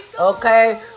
okay